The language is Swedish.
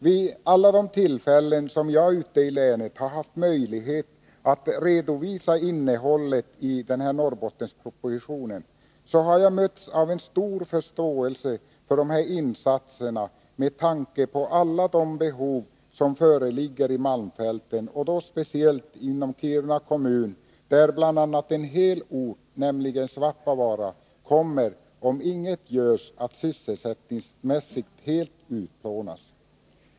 Tisdagen den Vid alla de tillfällen som jag ute i länet har haft möjlighet att redovisa — 10 maj 1983 innehållet i Norrbottenspropositionen har jag mötts av stor förståelse för dessa insatser med tanke på alla de behov som föreligger i malmfälten och då speciellt inom Kiruna kommun, där bl.a. en hel ort, nämligen Svappavaara, kommer — om inget görs — att sysselsättningsmässigt helt utplånas.